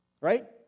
right